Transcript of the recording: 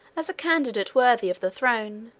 as a candidate worthy of the throne,